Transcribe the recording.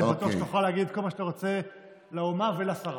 אני בטוח שתוכל להגיד כל מה שאתה רוצה לאומה ולשרה.